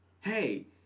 hey